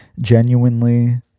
Genuinely